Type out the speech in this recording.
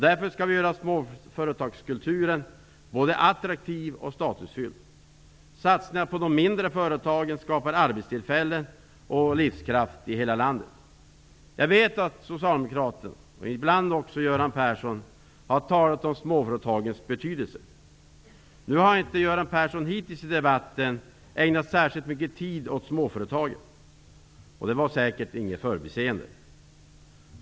Därför skall vi göra småföretagskulturen både attraktiv och statusfylld. Satsningar på de mindre företagen skapar arbetstillfällen och livskraft i hela landet. Jag vet att Persson, har talat om småföretagens betydelse. Nu har inte Göran Persson hittills i debatten ägnat särskilt mycket tid åt småföretagen. Det var säkert inget förbiseende.